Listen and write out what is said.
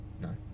No